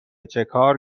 چکار